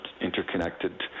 interconnected